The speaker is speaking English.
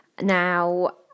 Now